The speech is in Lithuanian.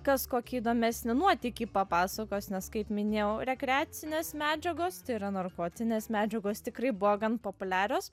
kas kokį įdomesnį nuotykį papasakos nes kaip minėjau rekreacinės medžiagos tai yra narkotinės medžiagos tikrai buvo gan populiarios